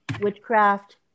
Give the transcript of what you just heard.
witchcraft